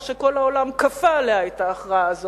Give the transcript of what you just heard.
שכל העולם כפה עליה את ההכרעה הזאת,